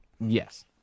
Yes